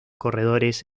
corredores